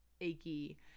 achy